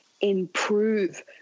improve